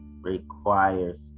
requires